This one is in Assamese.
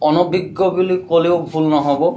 অনভিজ্ঞ বুলি ক'লেও ভুল নহ'ব